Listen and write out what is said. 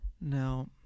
Now